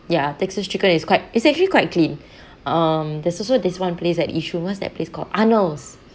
ya texas chicken is quite it's actually quite clean um there's also this one place at yishun what's that place called arnold's